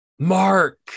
mark